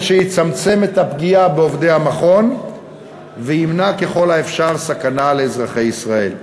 שיצמצם את הפגיעה בעובדי המכון וימנע ככל האפשר סכנה לאזרחי ישראל.